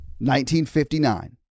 1959